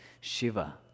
Shiva